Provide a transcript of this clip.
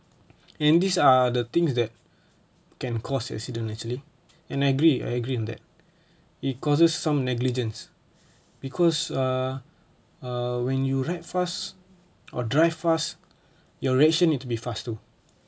and these are the things that can cause accident actually and I agree I agree on that it causes some negligence because err err when you ride fast or drive fast your ration needs to be fast too